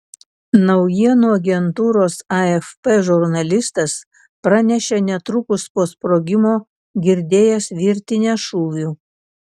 naujienų agentūros afp žurnalistas pranešė netrukus po sprogimo girdėjęs virtinę šūvių